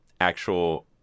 actual